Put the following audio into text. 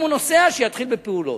אם הוא נוסע, שיתחיל בפעולות.